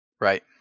Right